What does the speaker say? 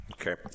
Okay